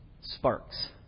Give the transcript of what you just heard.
Sparks